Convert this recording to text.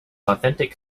authentic